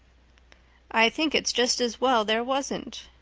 i think it's just as well there wasn't,